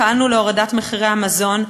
פעלנו להורדת מחירי המזון,